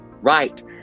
right